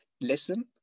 listen